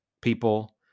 people